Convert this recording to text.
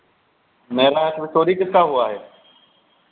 मेरा है तो चोरी किसका हुआ है